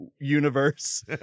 universe